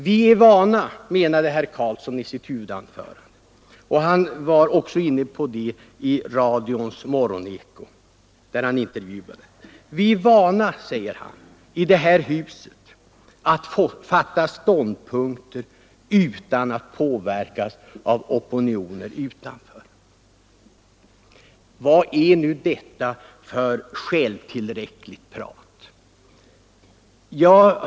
Vi är i det här huset vana vid att, menade herr Karlsson i Huskvarna i sitt huvudanförande — han var också inne på det i radions morgoneko, där han intervjuades —, fatta ståndpunkter utan att påverkas av opinioner utanför riksdagen. Vad är nu detta för självtillräckligt prat?